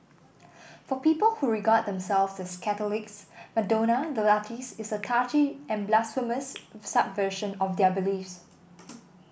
for people who regard themselves as Catholics Madonna the artiste is a touchy and blasphemous subversion of their beliefs